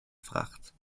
fracht